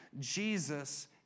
Jesus